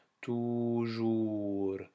toujours «